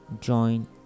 join